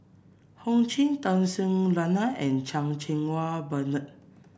Ho Ching Tun Sri Lanang and Chan Cheng Wah Bernard